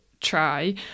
try